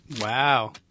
Wow